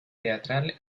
teatral